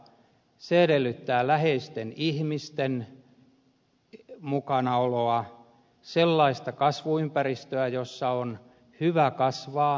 se edellyttää läheisten ihmisten mukanaoloa sellaista kasvuympäristöä jossa on hyvä kasvaa